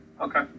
Okay